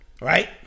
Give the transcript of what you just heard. right